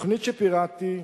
התוכנית שפירטתי,